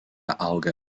auga